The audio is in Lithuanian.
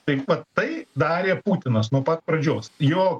taip vat tai darė putinas nuo pat pradžios jo